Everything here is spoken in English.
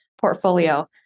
portfolio